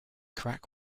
crack